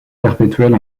perpétuelle